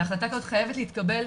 והחלטה כזאת חייבת להתקבל.